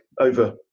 over